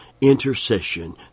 intercession